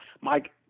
Mike